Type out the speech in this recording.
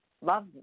love